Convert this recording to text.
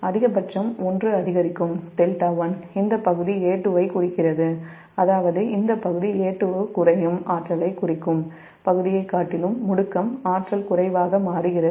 அதிகபட்சம் ஒன்று அதிகரிக்கும் δ1 இந்த பகுதி A2 ஐ குறிக்கிறது அதாவது இந்த பகுதி A2 குறையும் ஆற்றலைக் குறிக்கும் பகுதியைக் காட்டிலும் முடுக்கம் ஆற்றல் குறைவாக மாறுகிறது